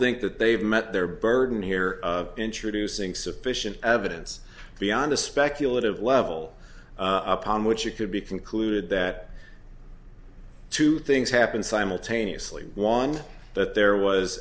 think that they have met their burden here of introducing sufficient evidence beyond a speculative level upon which it could be concluded that two things happened simultaneously one that there was